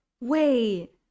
wait